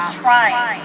trying